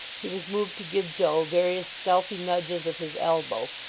he was moved to give joe various stealthy nudges with his elbow,